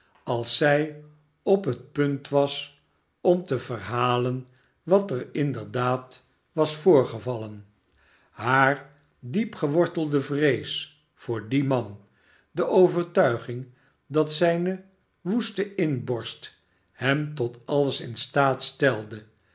als zij op het punt was om te verhalen wat er inderdaad was voorgevallen hare diep gewortelde vrees voor dien man de overtuiging dat zijne woeste inborst hem tot alles in staat stelde